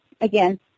again